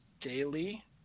daily